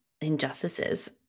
injustices